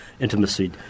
intimacy